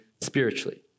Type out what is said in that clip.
spiritually